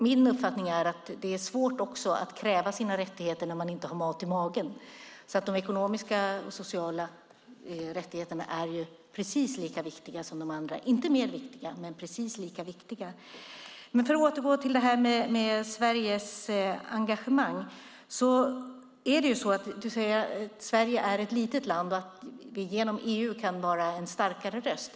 Min uppfattning är att det är svårt att kräva sina rättigheter när man inte har mat i magen. De ekonomiska och sociala rättigheterna är alltså precis lika viktiga som de andra - inte viktigare men precis lika viktiga. Låt mig återgå till detta med Sveriges engagemang. Du säger att Sverige är ett litet land och att vi genom EU kan vara en starkare röst.